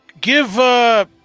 give